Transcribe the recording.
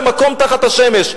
ל"מקום תחת השמש".